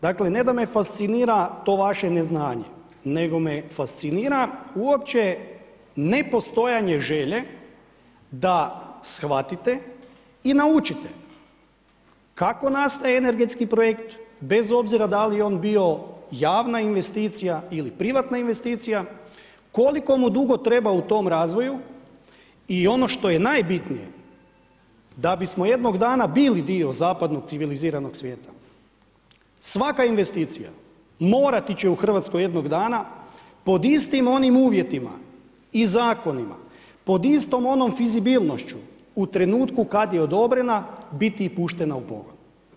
Dakle, ne da me fascinira to vaše neznanje nego me fascinira uopće nepostojanje želje da shvatite i naučite kako nastaje energetski projekt bez obzira da li on bio javna investicija ili privatna investicija, koliko mu dugo treba u tom razvoju i ono što je najbitnije, da bismo jednog dana bili dio zapadnog civiliziranog svijeta, svaka investicija morati će u Hrvatskoj jednog dana pod istim onim uvjetima i zakonu, pod istom onom fizibilnošću u trenutku kad je odobrena, biti i puštena u pogon.